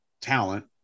talent